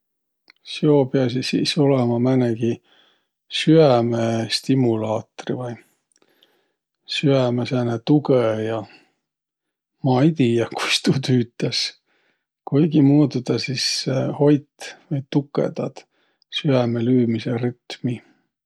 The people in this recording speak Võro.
Seo piäsiq sis olõma määnegi süämestimulaatri vai süäme sääne tugõja. Ma ei tiiäq, kuis tuu tüütäs. Kuigimuudu tä sis hoit vai tukõ tuud süäme lüümise rütmi.